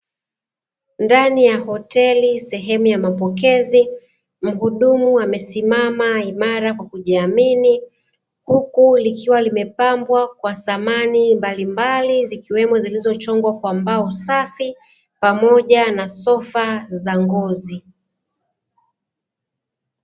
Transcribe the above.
Ndani ya hoteli sehemu ya mapokezi, muhudumu amesimama imara kwa kujiamini, huku likiwa limepambwa kwa samani mbalimbali zikiwemo zilizochongwa kwa mbao safi, pamoja na sofa za ngozi.